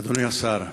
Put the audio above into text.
אדוני השר,